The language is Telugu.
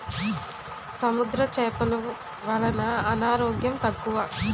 సముద్ర చేపలు వలన అనారోగ్యం తక్కువ